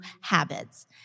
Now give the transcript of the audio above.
habits